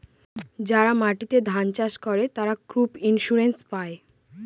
যারা মাটিতে ধান চাষ করে, তারা ক্রপ ইন্সুরেন্স পায়